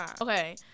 Okay